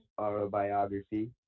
autobiography